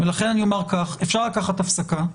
לכן אני אומר כך: אפשר לקחת הפסקה.